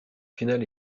final